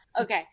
Okay